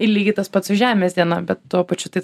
ir lygiai tas pats su žemės diena bet tuo pačiu tai